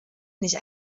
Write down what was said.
nicht